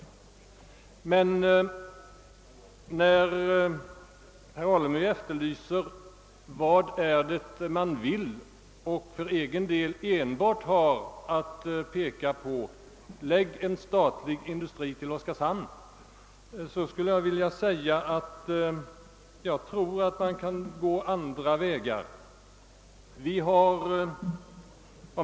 Eftersom herr Alemyr efterlyser vad det är som man verkligen vill och för egen del enbart kan föreslå förläggandet av en statlig industri till Oskarshamn, vill jag säga att man kan gå andra vägar.